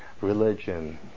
religion